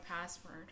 password